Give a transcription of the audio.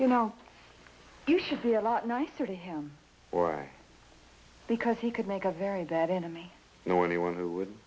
you know you should be a lot nicer to him because he could make a very bad enemy you know anyone who would